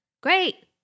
Great